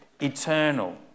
Eternal